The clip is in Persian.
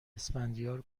اسفندیار